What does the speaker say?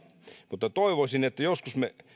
mutta toivoisin että joskus me